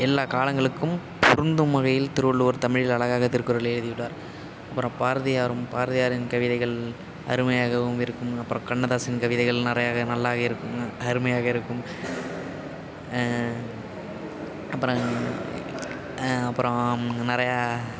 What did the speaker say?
எல்லா காலங்களுக்கும் பொருந்தும் வகையில் திருவள்ளுவர் தமிழில் அழகாக திருக்குறளை எழுதியுள்ளார் அப்புறம் பாரதியாரும் பாரதியாரின் கவிதைகள் அருமையாகவும் இருக்கும் அப்பபறம் கண்ணதாசன் கவிதைகள் நிறையாக நல்லாவே இருக்கும் அருமையாக இருக்கும் அபபபுறம் அப்புறம் நிறையா